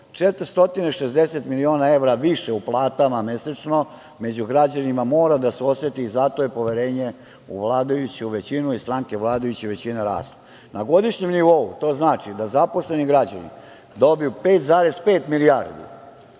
460 miliona evra više u platama mesečno među građanima mora da se oseti. Zato je poverenje u vladajuću većinu i stranke vladajuće većine rastu. Na godišnjem nivou to znači da zaposleni građani dobiju 5,5 milijardi